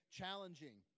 challenging